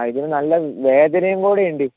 അ ഇതിന് നല്ല വേദനയും കൂടി ഉണ്ട്